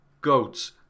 goats